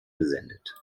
gesendet